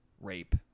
rape